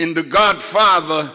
in the godfather